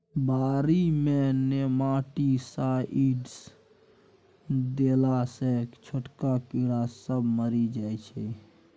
बारी मे नेमाटीसाइडस देला सँ छोटका कीड़ा सब मरि जाइ छै